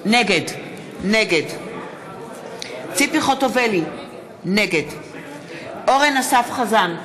נגד ציפי חוטובלי, נגד אורן אסף חזן,